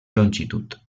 longitud